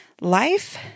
Life